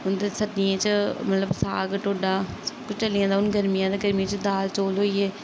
उं'दे सर्दियें च मतलब साग टोडा सब कुछ चली जंदा हून गर्मियें च दाल चौल होई गे